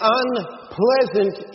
unpleasant